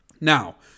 Now